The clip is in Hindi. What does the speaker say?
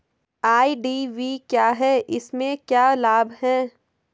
आई.डी.वी क्या है इसमें क्या लाभ है?